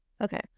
Okay